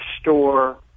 store